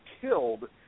killed